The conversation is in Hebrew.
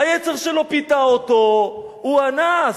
היצר שלו פיתה אותו, הוא אנס.